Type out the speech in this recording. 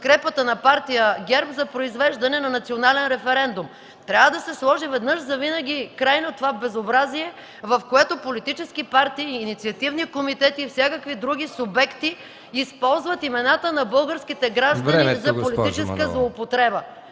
Времето, госпожо Манолова.